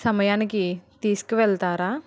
సమయానికి తీసుకు వెళ్తారా